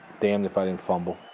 damned if i didn't fumble.